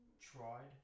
tried